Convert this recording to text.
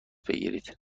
بگیرید